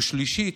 שלישית,